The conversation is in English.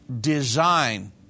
design